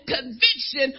conviction